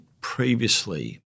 previously